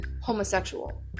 homosexual